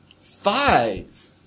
Five